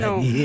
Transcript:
no